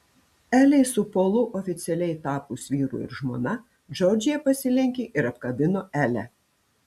elei su polu oficialiai tapus vyru ir žmona džordžija pasilenkė ir apkabino elę